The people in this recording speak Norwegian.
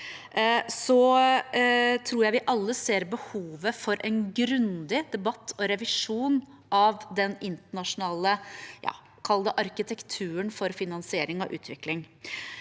tror jeg vi alle ser behovet for en grundig debatt og revisjon av den internasjonale arkitekturen for finansiering av utvikling.